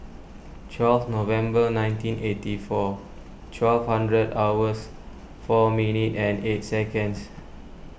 twelve November nineteen eighty four twelve hundred hours four minute and eight seconds